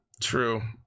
True